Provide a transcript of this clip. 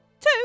Two